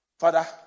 Father